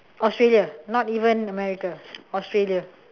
australia not even america australia